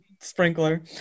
sprinkler